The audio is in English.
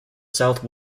south